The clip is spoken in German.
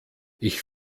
ich